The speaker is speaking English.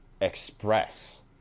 express